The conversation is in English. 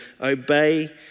obey